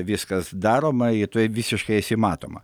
viskas daroma ir tu visiškai esi matoma